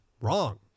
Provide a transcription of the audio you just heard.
Wrong